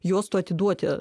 juostų atiduoti